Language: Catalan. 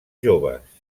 joves